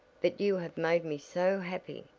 but you have made me so happy!